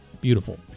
Beautiful